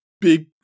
big